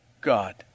God